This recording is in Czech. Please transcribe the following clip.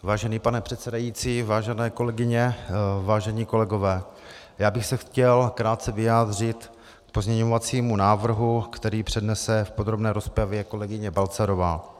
Vážený pane předsedající, vážené kolegyně, vážení kolegové, já bych se chtěl krátce vyjádřit k pozměňovacímu návrhu, který přednese v podrobné rozpravě kolegyně Balcarová.